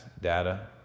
data